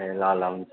ए ल ल हुन्छ